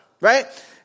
right